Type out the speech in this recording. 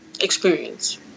experience